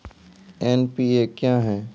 NPA क्या हैं?